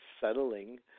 settling